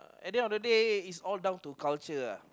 at the end of the day it's all down to culture uh